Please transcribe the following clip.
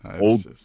old